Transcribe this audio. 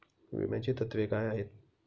विम्याची तत्वे काय आहेत?